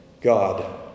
God